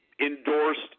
endorsed